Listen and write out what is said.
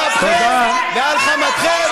על אפכם ועל חמתכם.